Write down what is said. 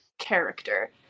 character